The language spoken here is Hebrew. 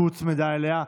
שהוצמדה אליה.